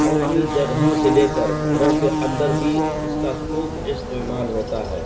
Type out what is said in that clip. عوامی جگہوں سے لے کر گھروں کے اندر بھی اس کا خوب استعمال ہوتا ہے